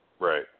Right